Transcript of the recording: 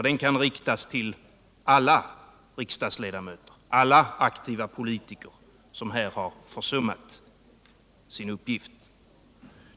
Den kan riktas till alla de riksdagsledmöter och alla de aktiva politiker som här har försummat sin uppgift.